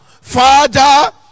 father